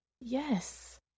Yes